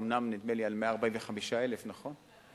אומנם, נדמה לי על 145,000, נכון?